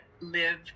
live